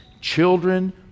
Children